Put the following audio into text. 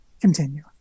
continue